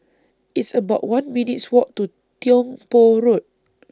It's about one minutes' Walk to Tiong Poh Road